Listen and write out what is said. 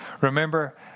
Remember